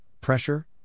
pressure